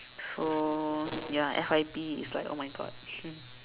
so ya F_Y_P is like oh my god